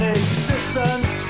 existence